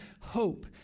hope